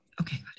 okay